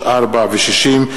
4 ו-60,